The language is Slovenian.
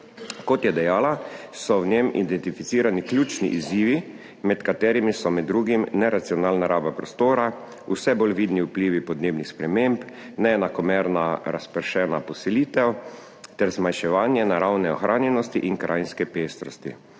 Kot je dejala, so v njem identificirani ključni izzivi, med katerimi so med drugim neracionalna raba prostora, vse bolj vidni vplivi podnebnih sprememb, neenakomerno razpršena poselitev ter zmanjševanje naravne ohranjenosti in krajinske pestrosti.